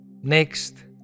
next